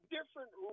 different